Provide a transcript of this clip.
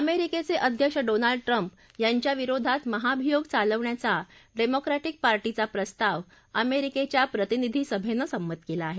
अमेरिकेचे अध्यक्ष Donald Trump यांच्याविरोधात महाभियोग चालवण्याचा डेमोक्रविक पार्टीचा प्रस्ताव अमेरिकेच्या प्रतिनिधी सभेनं संमत केला आहे